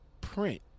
print